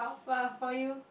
but for you